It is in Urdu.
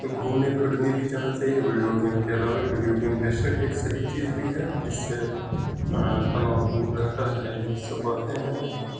گھومنے پھڑنے بھی جانا چاہیے ویڈیو گیم کے علاوہ ویڈیو گیم بیشک ایک صحیح چیز بھی جس سے تناؤ دور رہتا ہے یہی سب باتیں ہیں اور